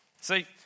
See